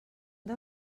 del